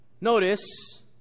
Notice